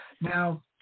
Now